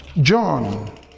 John